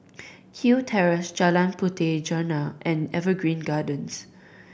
Kew Terrace Jalan Puteh Jerneh and Evergreen Gardens